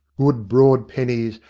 good broad pennies,